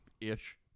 Ish